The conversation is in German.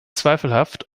zweifelhaft